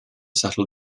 settled